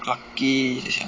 clarke quay 等一下 ah